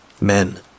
Men